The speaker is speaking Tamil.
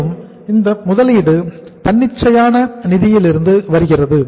மேலும் இந்த முதலீடு தன்னிச்சையான நிதியிலிருந்து வருகிறது